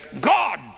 God